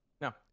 No